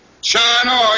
China